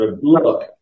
look